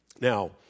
Now